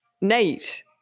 nate